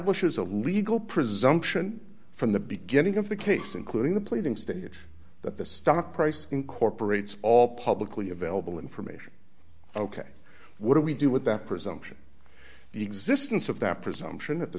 establishes a legal presumption from the beginning of the case including the pleadings that that the stock price incorporates all publicly available information ok what do we do with that presumption the existence of that presumption at the